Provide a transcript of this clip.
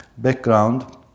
background